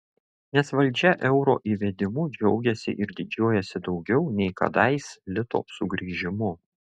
nes valdžia euro įvedimu džiaugiasi ir didžiuojasi daugiau nei kadais lito sugrįžimu